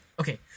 okay